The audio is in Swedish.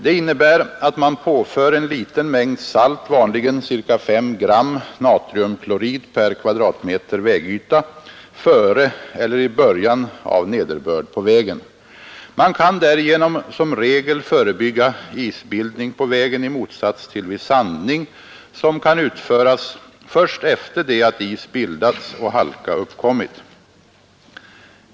Det innebär att man påför en liten mängd salt — vanligen ca fem gram natriumklorid per kvadratmeter vägyta — före eller i början av nederbörd på vägen. Man kan därigenom som regel förebygga isbildning på vägen i motsats till vid sandning, som kan utföras först efter det att is bildats och halka uppkommit.